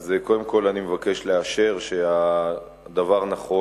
אז קודם כול אני מבקש לאשר שהדבר נכון.